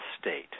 state